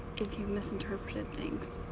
if you misinterpreted things.